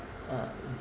um